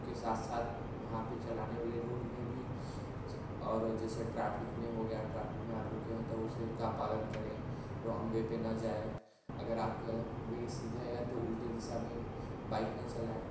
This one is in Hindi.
बाइक के साथ साथ वहाँ पे चलाने वाले रोड में भी और जैसे ट्राफिक में हो गया ट्राफिक में आप रुके हैं तो उसका पालन करें रोंग वे पे ना जाए अगर आपका वै सीधे है तो उल्टे दिशा में बाइक न चलाएं